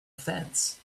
fence